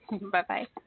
Bye-bye